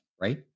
right